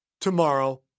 Tomorrow